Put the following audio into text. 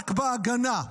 רק בהגנה,